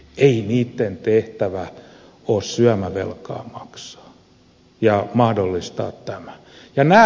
ei niitten tehtävä ole syömävelkaa maksaa ja mahdollistaa tätä